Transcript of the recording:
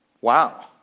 Wow